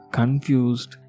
confused